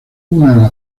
una